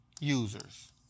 users